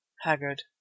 haggard